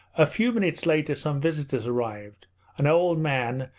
a few minutes later some visitors arrived an old man,